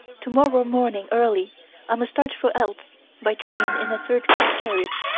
to-morrow morning early i must start for eltz by train in a third-class carriage,